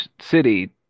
city